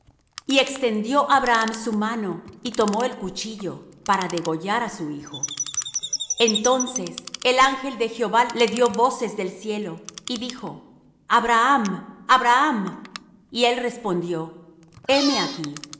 y extendió abraham su mano y tomó el cuchillo para degollar á su hijo entonces el ángel de jehová le dió voces del cielo y dijo abraham abraham y él respondió heme aquí